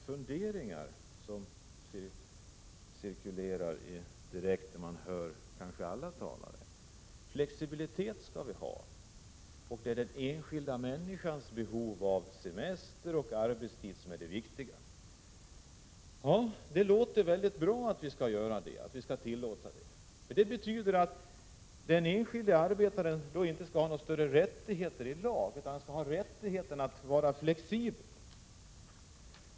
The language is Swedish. Herr talman! Jag kan inte underlåta att göra två funderingar som inställer sig när man hör talarna i den här debatten. Det sägs att flexibilitet skall vi ha, och det är den enskilda människans behov när det gäller semester och arbetstid som är det viktiga. Ja, det låter bra, men det betyder att den enskilde arbetaren inte skall ha några större rättigheter enligt lag, utan han skall bara ha rättighet att vara flexibel.